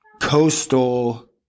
Coastal